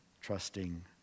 trusting